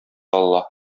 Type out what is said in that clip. аллаһ